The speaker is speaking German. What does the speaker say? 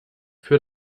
für